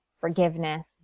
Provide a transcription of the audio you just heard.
forgiveness